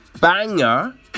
banger